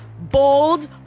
bold